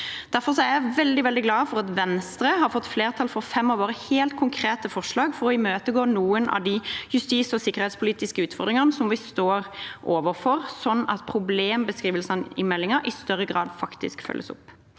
Derfor er jeg veldig, veldig glad for at Venstre har fått flertall for fem av våre helt konkrete forslag for å imøtegå noen av de justis- og sikkerhetspolitiske utfordringene vi står overfor, slik at problembeskrivelsene i meldingen i større grad faktisk følges opp.